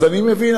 אז אני מבין,